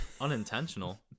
unintentional